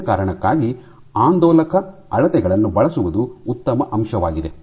ಮೇಲಿನ ಕಾರಣಕ್ಕಾಗಿ ಆಂದೋಲಕ ಅಳತೆಗಳನ್ನು ಬಳಸುವುದು ಉತ್ತಮ ಅಂಶವಾಗಿದೆ